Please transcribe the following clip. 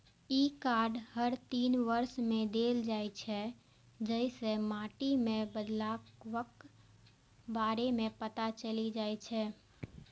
ई card हर तीन वर्ष मे देल जाइ छै, जइसे माटि मे बदलावक बारे मे पता चलि जाइ छै